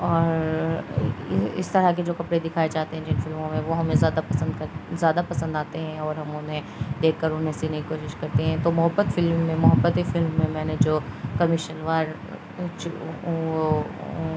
اور اس طرح کے جو کپڑے دکھائے جاتے ہیں جن فلموں میں وہ ہمیں زیادہ پسند کر زیادہ پسند آتے ہیں اور ہم انہیں دیکھ کر انہیں سینے کی کوشش کرتے ہیں تو محبت فلم میں محبتی فلم میں میں نے جو کمی شلوار